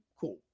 cool